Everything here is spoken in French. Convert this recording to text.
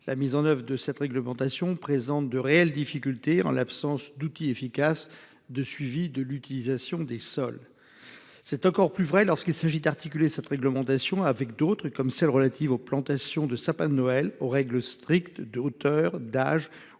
La mise en oeuvre de cette réglementation présente de réelles difficultés. En l'absence d'outils efficaces de suivi de l'utilisation des sols. C'est encore plus vrai lorsqu'il s'agit d'articuler cette réglementation avec d'autres, comme celles relatives aux plantations de sapins de Noël aux règles strictes de hauteur d'âge